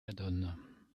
adonne